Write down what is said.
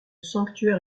sanctuaire